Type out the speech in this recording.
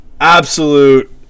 absolute